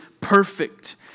perfect